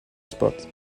sport